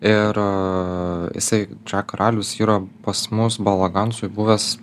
ir jisai drag karalius yra pas mus balaganzoj